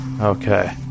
Okay